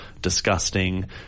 disgusting